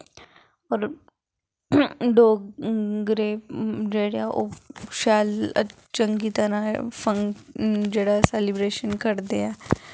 होर डोगरे जेह्ड़े ऐ ओह् शैल चंगी तरह जेह्ड़ा सैलिब्रेशन करदे ऐ